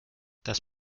das